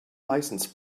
license